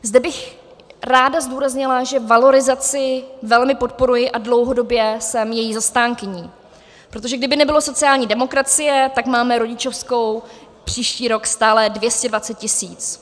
Zde bych ráda zdůraznila, že valorizaci velmi podporuji a dlouhodobě jsem její zastánkyní, protože kdyby nebylo sociální demokracie, tak máme rodičovskou příští rok stále 220 tisíc.